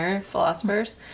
philosophers